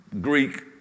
Greek